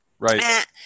Right